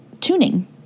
tuning